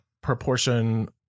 proportion